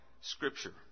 scripture